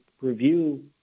review